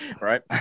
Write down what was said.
right